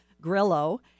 Grillo